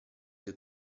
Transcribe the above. del